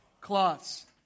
cloths